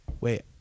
Wait